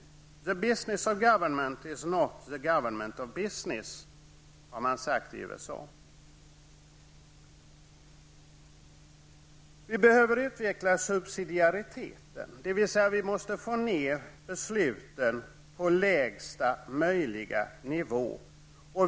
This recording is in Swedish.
The business of government is not the government of business, har man sagt i USA. Vi behöver utveckla subsidiariteten, dvs. vi måste få ned besluten på lägsta möjliga nivå.